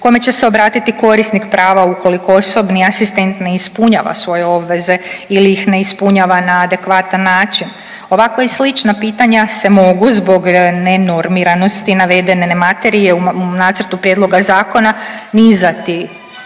kome će se obratiti korisnik prava ukoliko osobni asistent ne ispunjava svoje obveze ili ih ne ispunjava na adekvatan način. Ovakva i slična pitanja se mogu zbog nenormiranosti navedene materije u nacrtu zakona nizati